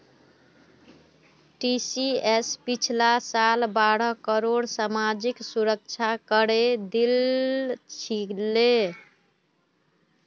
TCS पिछला साल बारह करोड़ सामाजिक सुरक्षा करे दिल छिले